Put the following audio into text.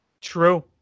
True